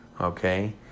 okay